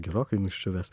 gerokai nuščiuvęs